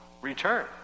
return